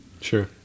Sure